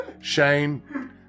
Shane